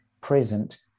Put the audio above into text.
present